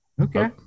Okay